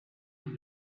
les